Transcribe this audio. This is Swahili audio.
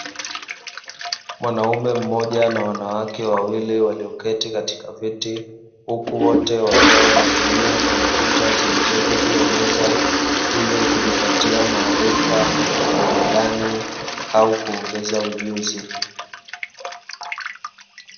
Mwanaume mmoja na wanawake wawili walioketi katika viti huku wote wakiwa wanatumia kompyuta zilizopo juu ya meza ili kujipatia maarifa, burudani au kuongeza ujuzi.